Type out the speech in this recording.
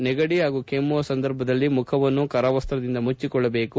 ನೆಗಡಿ ಪಾಗೂ ಕೆಮ್ಮುವ ಸಂದರ್ಭದಲ್ಲಿ ಮುಖವನ್ನು ಕರವಸ್ತದಿಂದ ಮುಜ್ಜಿಕೊಳ್ಳಬೇಕು